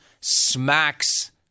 smacks